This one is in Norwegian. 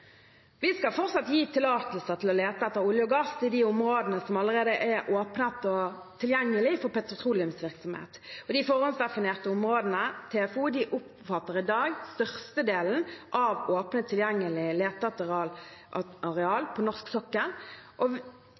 Vi skal fortsatt gi tillatelser til å lete etter olje og gass i de områdene som allerede er åpnet og tilgjengelige for petroleumsvirksomhet. De forhåndsdefinerte områdene, TFO, omfatter i dag størstedelen av åpne, tilgjengelige leteareal på norsk sokkel. TFO-ordningen vil bli videreført uendret, og